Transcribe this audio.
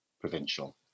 provincial